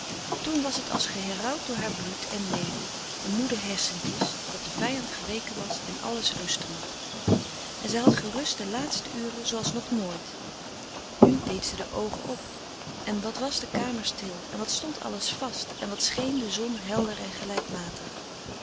toen was het als geheraut door haar bloed en leden en moede hersentjes dat de vijand geweken was en alles rusten mocht en zij had gerust de laatste uren zooals nog nooit nu deed ze de oogen op en wat was de kamer stil en wat stond alles vast en wat scheen de zon helder en gelijkmatig